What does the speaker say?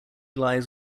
lies